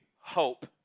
hope